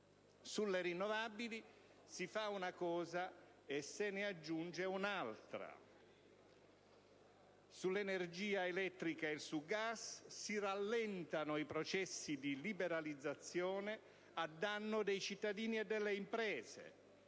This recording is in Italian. Sulle rinnovabili si fa una cosa e se ne aggiunge un'altra. Sull'energia elettrica e sul gas si rallentano i processi di liberalizzazione a danno dei cittadini e delle imprese;